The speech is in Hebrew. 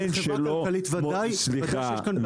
בחברה כלכלית ודאי שיש כאן בעיה של ניגוד עניינים.